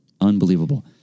Unbelievable